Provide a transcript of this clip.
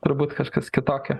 turbūt kažkas kitokio